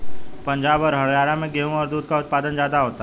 पंजाब और हरयाणा में गेहू और दूध का उत्पादन ज्यादा होता है